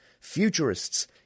Futurists